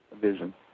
vision